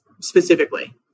specifically